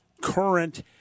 current